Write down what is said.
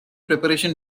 preparation